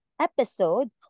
episode